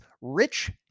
Rich